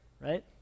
right